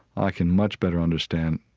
i can much better understand,